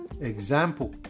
example